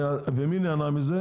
מי נהנה מזה?